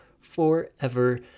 forever